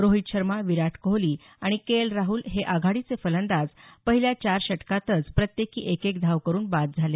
रोहित शर्मा विराट कोहली आणि K L Rahul हे आघाडीचे फलंदाज पहिल्या चार षटकांतच प्रत्येकी एक एक धाव करून बाद झाले